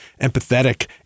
empathetic